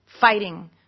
fighting